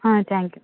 ആ thank you